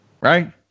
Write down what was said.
right